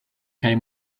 kaj